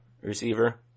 receiver